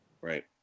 Right